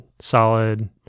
solid